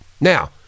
Now